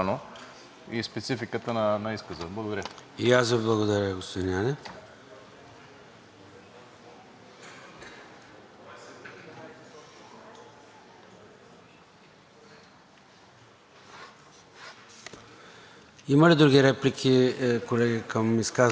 има ли други реплики към изказването на госпожа Захариева? Не виждам. Госпожо Захариева, искате ли дуплика? Не.